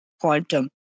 quantum